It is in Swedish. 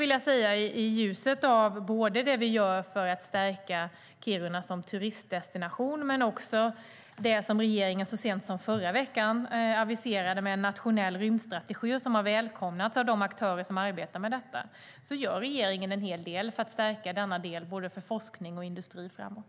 I ljuset av både det vi gör för att stärka Kiruna som turistdestination och det regeringen så sent som förra veckan aviserade med en nationell rymdstrategi, och som har välkomnats av de aktörer som arbetar med detta, är det tydligt att regeringen gör en hel del för att stärka denna del både för forskning och för industri framåt.